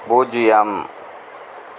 பூஜ்ஜியம்